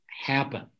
happen